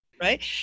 right